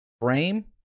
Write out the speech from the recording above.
frame